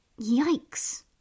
Yikes